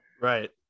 Right